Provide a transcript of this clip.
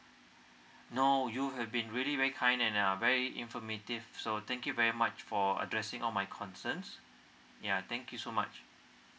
no you have been really very kind and are very informative so thank you very much for addressing all my concerns yeah thank you so much